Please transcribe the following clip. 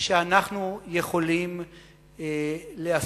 שאנחנו יכולים להפעיל.